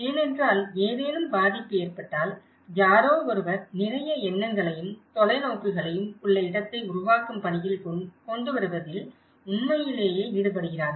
ஏனென்றால் ஏதேனும் பாதிப்பு ஏற்பட்டால் யாரோ ஒருவர் நிறைய எண்ணங்களையும் தொலைநோக்குகளையும் உள்ள இடத்தை உருவாக்கும் பணியில் கொண்டு வருவதில் உண்மையிலேயே ஈடுபடுகிறார்கள்